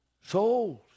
souls